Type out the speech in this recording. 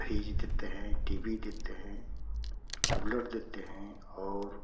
fridge देते हैं TV देते हैं कूलर देते हैं और